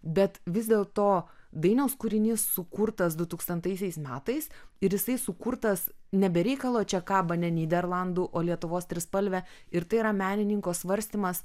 bet vis dėl to dainiaus kūrinys sukurtas dutūkstantaisiais metais ir jisai sukurtas ne be reikalo čia kaba ne nyderlandų o lietuvos trispalvė ir tai yra menininko svarstymas